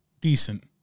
decent